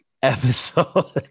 episode